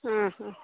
हा